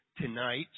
tonight